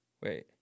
Wait